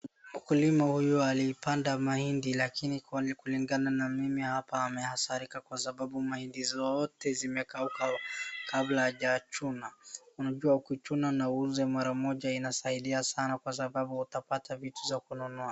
Mkulima huyu alipanda mahindi lakini kulingana na mimi hapa amehathirika kwa sababu mahindi zote zimekauka kabla hajachuna. Unajua kuchuna na uuze mara moja inasaidia sana kwa sababu utapata vitu za kununua.